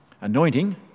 Anointing